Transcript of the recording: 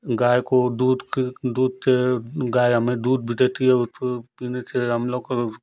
गाय को दूध के दूध छे गाय हमें दूध भी देती है उछको पीने से हम लोग को